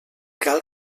cal